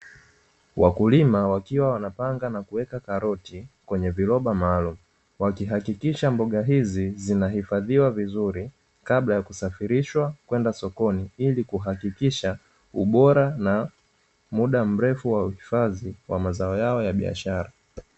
Wakulima wakiwa wanapanga na kuweka karoti kwenye viroba maalumu. Wakihakikisha mboga hizi zinahifadhiwa vizuri kabla ya kusafirishwa kwenda sokoni, ili kuhakikisha ubora na muda mrefu wa uhifadhi wa mazao yao ya biashara.